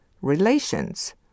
relations